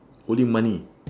holy money